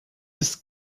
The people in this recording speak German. ist